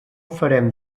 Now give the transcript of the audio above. farem